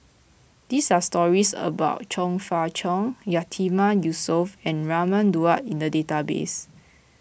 these are stories about Chong Fah Cheong Yatiman Yusof and Raman Daud in the database